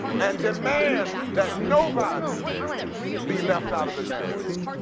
and demand that nobody be left out of the narrative.